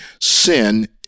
sin